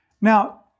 Now